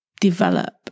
develop